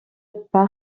par